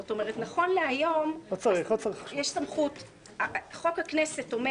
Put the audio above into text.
זאת אומרת שנכון להיום יש סמכות חוק הכנסת אומר